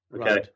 Okay